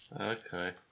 Okay